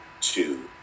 two